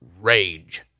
rage